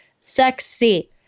sexy